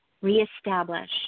reestablish